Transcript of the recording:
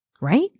Right